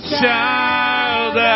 child